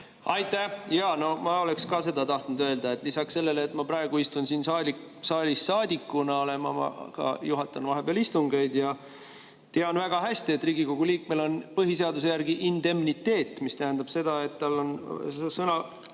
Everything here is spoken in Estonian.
Aitäh! Jaa, no ma oleks ka seda tahtnud öelda, et lisaks sellele, et ma praegu istun siin saalis saadikuna, ma vahepeal juhatan ka istungeid ja tean väga hästi, et Riigikogu liikmel on põhiseaduse järgi indemniteet, mis tähendab seda, et tal on